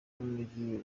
n’umujyi